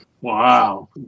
Wow